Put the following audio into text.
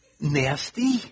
nasty